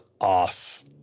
off